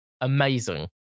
amazing